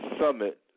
Summit